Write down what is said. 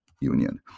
union